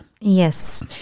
Yes